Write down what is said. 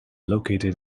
located